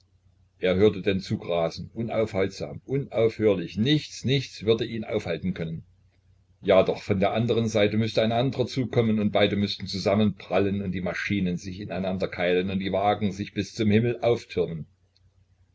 er hörte den zug rasen unaufhaltsam unaufhörlich nichts nichts würde ihn aufhalten können ja doch von der andern seite müßte ein andrer zug kommen und beide müßten zusammenprallen und die maschinen sich ineinanderkeilen und die wagen sich bis zum himmel auftürmen